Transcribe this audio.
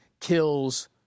kills